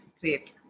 great